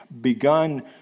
begun